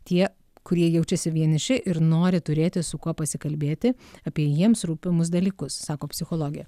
tie kurie jaučiasi vieniši ir nori turėti su kuo pasikalbėti apie jiems rūpimus dalykus sako psichologė